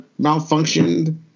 malfunctioned